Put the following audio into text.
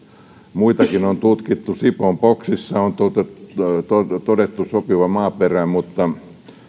muitakin on tutkittu sipoon boxissa on todettu sopiva maaperä mutta